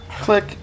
Click